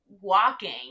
walking